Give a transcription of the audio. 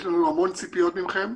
יש לנו המון ציפיות מכם.